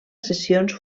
sessions